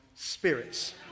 spirits